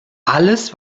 alles